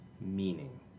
meaning